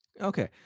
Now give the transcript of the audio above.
okay